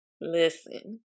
Listen